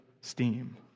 steam